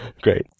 Great